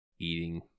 eating